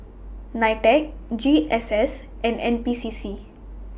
NITEC G S S and N P C C